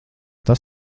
tas